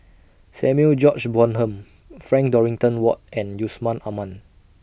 Samuel George Bonham Frank Dorrington Ward and Yusman Aman